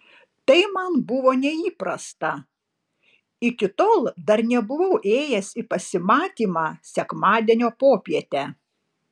tai man buvo neįprasta iki tol dar nebuvau ėjęs į pasimatymą sekmadienio popietę